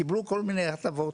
קיבלו כל מיני הטבות.